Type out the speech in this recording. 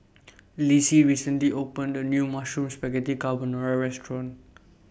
Lissie recently opened A New Mushroom Spaghetti Carbonara Restaurant